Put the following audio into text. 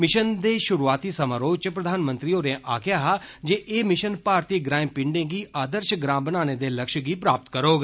mission दे शुरुआती समारोहें च प्रधानमंत्री होरें आक्खेआ हा जे ए मिशन भारती ग्राऐं पिण्डें गी आदर्श ग्रां बनाने दे लक्ष्य गी प्राप्त करौग